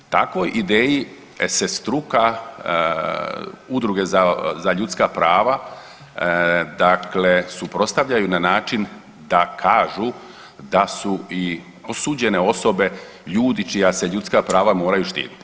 Takvoj ideji se struka, udruge za ljudska prava, dakle suprotstavljaju na način da kažu da su i osuđene osobe ljudi čija se ljudska prava moraju štititi.